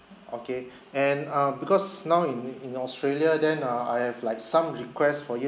okay and uh because now in in australia then uh I have like some requests for you